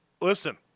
Listen